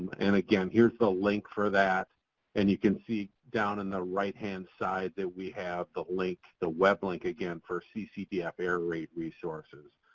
and again, here's the link for that and you can see down in the right-hand side that we have the link, the weblink again for ccdf error rate resources.